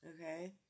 Okay